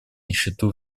нищету